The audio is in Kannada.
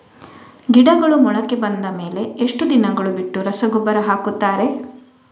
ಗಿಡಗಳು ಮೊಳಕೆ ಬಂದ ಮೇಲೆ ಎಷ್ಟು ದಿನಗಳು ಬಿಟ್ಟು ರಸಗೊಬ್ಬರ ಹಾಕುತ್ತಾರೆ?